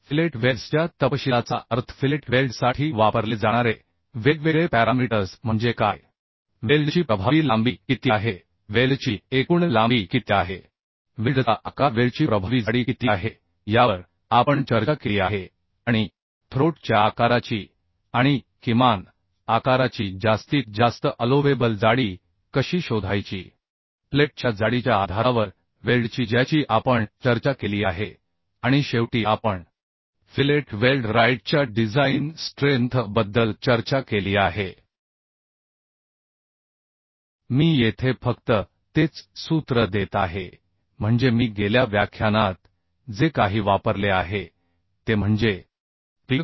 fillet वेल्ड्सच्या तपशीलाचा अर्थ फिलेट वेल्ड्ससाठी वापरले जाणारे वेगवेगळे पॅरामीटर्स म्हणजे काय वेल्डची प्रभावी लांबी किती आहे वेल्डची एकूण लांबी किती आहे वेल्डचा आकार वेल्डची प्रभावी जाडी किती आहे यावर आपण चर्चा केली आहे आणि थ्रोट च्या आकाराची आणि किमान आकाराची जास्तीत जास्त अलोवेबल जाडी कशी शोधायची प्लेटच्या जाडीच्या आधारावर वेल्डची ज्याची आपण चर्चा केली आहे आणि शेवटी आपण फिलेट वेल्ड राईटच्या डिझाइन स्ट्रेंथ बद्दल चर्चा केली आहे मी येथे फक्त तेच सूत्र देत आहे म्हणजे मी गेल्या व्याख्यानात जे काही वापरले आहे ते म्हणजे Pdw